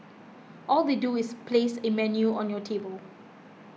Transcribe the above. all they do is place a menu on your table